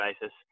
basis